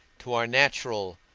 to our natural,